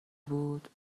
بود